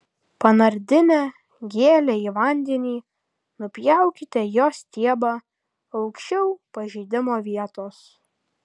panardinę gėlę į vandenį nupjaukite jos stiebą aukščiau pažeidimo vietos